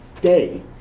day